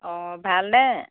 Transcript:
অঁ ভাল নে